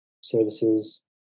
services